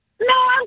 no